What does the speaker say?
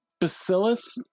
Bacillus